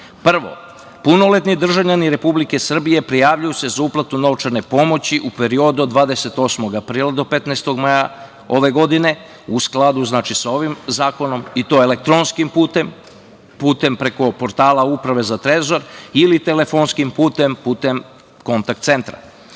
punoletni državljani Republike Srbije prijavljuju se za uplatu novčane pomoći u periodu od 28. aprila do 15. maja ove godine, u skladu sa ovim zakonom i to elektronskim putem, putem preko portala Uprave za trezor ili telefonskim putem, putem kontakt centra. Drugo,